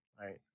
Right